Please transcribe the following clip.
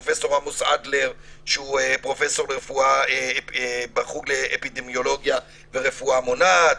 פרופ' עמוס אדלר שהוא פרופ' לרפואה בחוג לאפידמיולוגיה ורפואה מונעת,